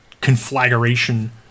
conflagration